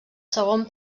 segon